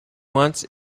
wants